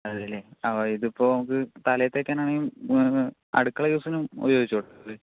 അതെയല്ലേ ഇതിപ്പോൾ നമുക്ക് തലയിൽ തേക്കാനാണേലും അടുക്കള യുസിനും ഉപോയോഗിച്ചൂടെ ഇത്